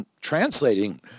translating